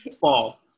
fall